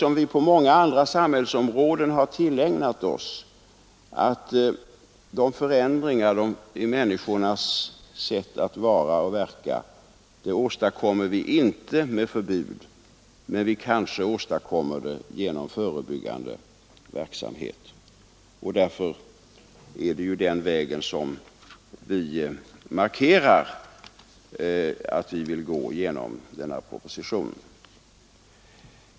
På många andra samhällsområden har vi ju tillägnat oss det synsättet, att förändringar i människornas sätt att vara och verka åstadkommer vi inte med förbud men kanske genom förebyggande verksamhet. Det är den vägen som vi markerar att vi vill gå i denna proposition.